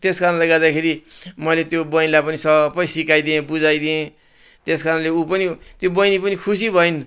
त्यसकारणले गर्दाखेरि मैले त्यो बहिनीलाई पनि सबै सिकाइदिएँ बुझाइदिएँ त्यसकारणले उ पनि त्यो बहिनी पनि खुसी भइन्